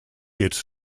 its